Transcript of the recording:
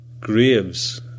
Graves